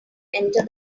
enter